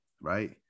right